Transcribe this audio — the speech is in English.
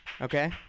okay